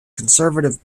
conservative